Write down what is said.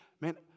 man